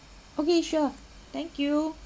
okay sure thank you